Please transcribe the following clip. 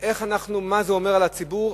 מה זה אומר על הציבור,